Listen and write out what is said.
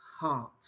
heart